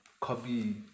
copy